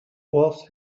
was